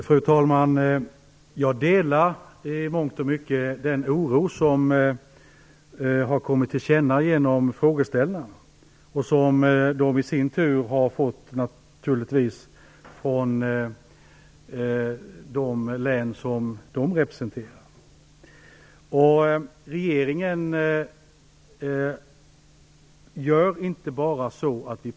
Fru talman! Jag delar i mångt och mycket den oro som har kommit till känna genom frågeställarna och som de i sin tur naturligtvis har fått från sina respektive län. Regeringen pratar inte bara.